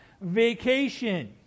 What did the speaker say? vacation